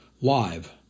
live